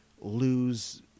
lose